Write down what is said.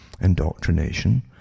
indoctrination